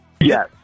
Yes